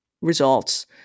results